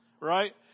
Right